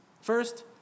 First